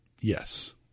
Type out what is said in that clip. Yes